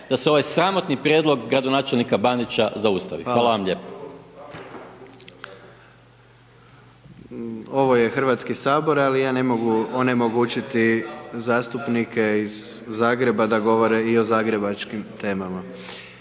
da se ovaj sramotni prijedlog gradonačelnika Bandića zaustavi, hvala vam lijepo. **Jandroković, Gordan (HDZ)** Hvala vam. Ovo je Hrvatski sabor, ali ja ne mogu onemogućiti zastupnike iz Zagreba da govore i o zagrebačkim temama.